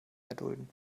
erdulden